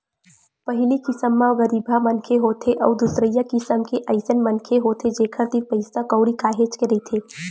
पहिली किसम म गरीबहा मनखे होथे अउ दूसरइया किसम के अइसन मनखे होथे जेखर तीर पइसा कउड़ी काहेच के रहिथे